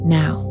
now